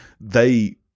they-